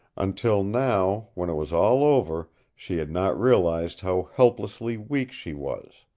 until now, when it was all over, she had not realized how helplessly weak she was.